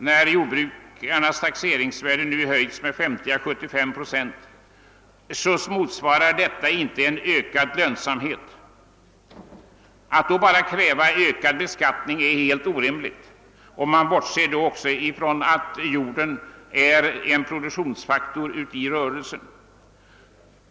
När jordbrukarnas taxeringsvärden nu höjs med 50 å 75 procent, motsvaras detta inte av ökad lönsamhet. Att då bara kräva ökad beskattning är helt orimligt, och man bortser då helt ifrån att jorden är en produktionsfaktor i rörelsen.